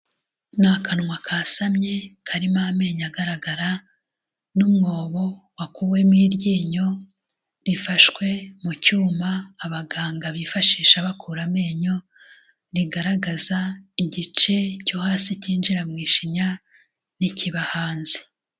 Ni akanwa kasamye karimo amenyo agaragara n'umwobo wakuwemo iryinyo rifashwe mu cyuma abaganga bifashisha bakura amenyo, rigaragaza igice cyo hasi cyinjira mu ishinya n'ikiba hanze.